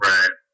Right